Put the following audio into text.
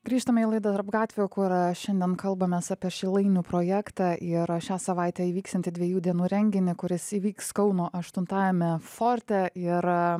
grįžtame į laidą tarp gatvių kur šiandien kalbamės apie šilainių projektą ir šią savaitę įvyksiantį dviejų dienų renginį kuris įvyks kauno aštuntajame forte ir